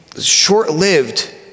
short-lived